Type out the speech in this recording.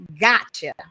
gotcha